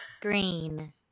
Green